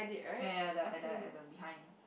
ya ya ya at the at the at the behind